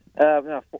No